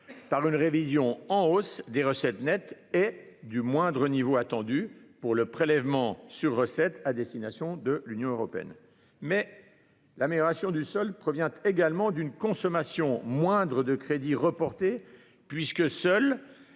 par la révision à la hausse des recettes nettes et du moindre niveau attendu du prélèvement sur recettes à destination de l'Union européenne. Mais l'amélioration du solde provient également d'une consommation moindre de crédits reportés, puisque seuls